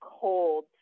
cold